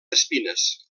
espines